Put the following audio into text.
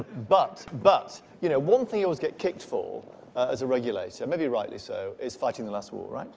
but but you know one thing i always get kicked for as a regulator maybe rightly so it's fighting the last war